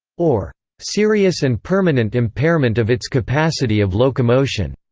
or serious and permanent impairment of its capacity of locomotion,